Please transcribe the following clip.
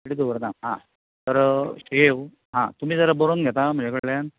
बिस्किटी दवरना आं तर शेव आं तुमी जर बरोवन घेता म्हजे कडल्यान